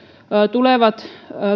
tulevat